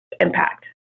impact